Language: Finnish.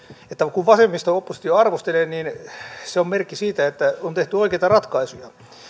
kun vasemmisto oppositio arvostelee niin se on merkki siitä että on tehty oikeita ratkaisuja